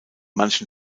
manchen